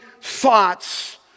thoughts